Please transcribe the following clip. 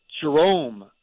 Jerome